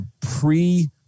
pre-